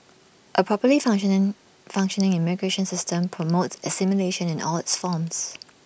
A properly functioning functioning immigration system promotes assimilation in the all its forms